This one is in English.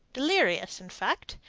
delirious, in fact,